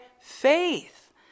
faith